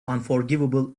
unforgivable